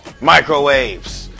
Microwaves